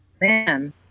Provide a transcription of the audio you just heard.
Man